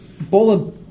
Bola